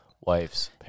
Wife's